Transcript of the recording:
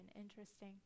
Interesting